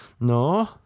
no